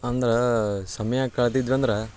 ಅಂದ್ರೆ ಸಮಯ ಕಳ್ದಿದ್ವೆಂದ್ರೆ